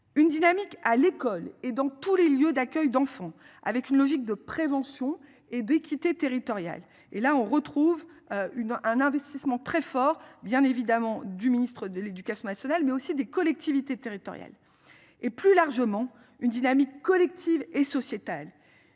Une dynamique à l'école et dans tous les lieux d'accueil d'enfants avec une logique de prévention et d'équité territoriale, et là on retrouve une un investissement très fort bien évidemment du ministre de l'Éducation nationale mais aussi des collectivités territoriales et plus largement une dynamique collective et sociétal.